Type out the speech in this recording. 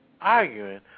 arguing